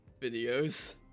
videos